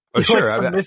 Sure